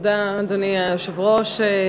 אדוני היושב-ראש,